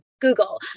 Google